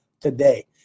today